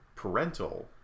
parental